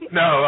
no